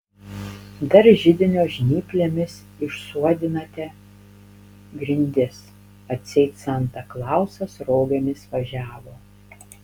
dar židinio žnyplėmis išsuodinate grindis atseit santa klausas rogėmis važiavo